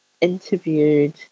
interviewed